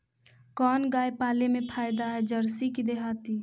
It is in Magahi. कोन गाय पाले मे फायदा है जरसी कि देहाती?